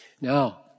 Now